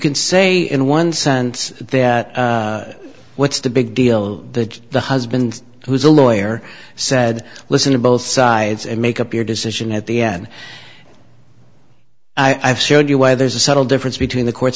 can say in one sense there what's the big deal that the husband who's a lawyer said listen to both sides and make up your decision at the end i've showed you why there's a subtle difference between the court